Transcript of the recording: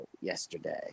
yesterday